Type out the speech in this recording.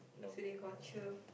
so they call cher